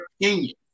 opinion